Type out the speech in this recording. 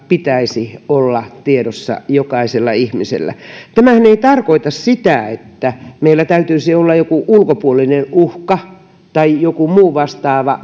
pitäisi olla tiedossa jokaisella ihmisellä tämähän ei tarkoita sitä että meillä täytyisi olla joku ulkopuolinen uhka tai joku muu vastaava